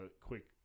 quick